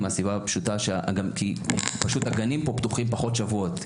ה-OECD, מהסיבה שהגנים פתוחים פחות שבועות.